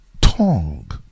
tongue